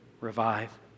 revive